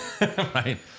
right